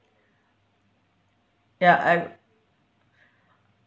ya I'm